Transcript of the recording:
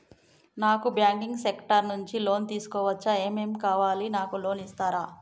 నాకు banking sector నుంచి loan తీసుకోవచ్చా? ఏమేం కావాలి? నాకు లోన్ ఇస్తారా?